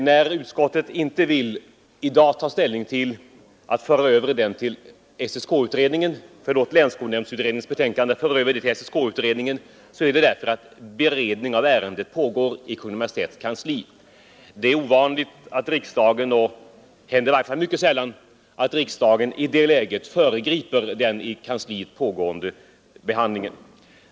När utskottet i dag inte vill ta ställning till att föra över länsskolnämndsutredningens betänkande till SSK-utredningen, så är det därför att beredningen av ärendet pågår i Kungl. Maj:ts kansli. Det är olämpligt — eller händer i varje fall mycket sällan — att riksdagen föregriper den i departementet pågående behandlingen.